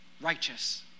righteous